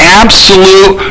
absolute